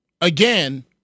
again